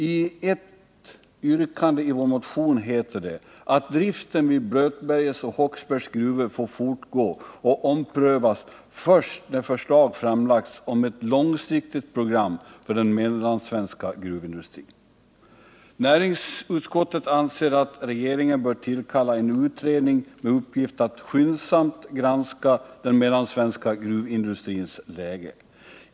I ett yrkande i vår motion heter det ”att driften vid Blötbergets och Håksbergs gruvor får fortgå och omprövas först när förslag framlagts om ett långsiktigt program för den mellansvenska gruvindustrin”. Näringsutskottet anser att regeringen bör tillkalla en utredning med uppgift att skyndsamt granska den mellansvenska gruvindustrins läge.